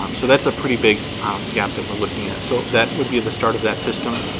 um so that's a pretty big gap that we're looking at. so that would be the start of that system